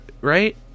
right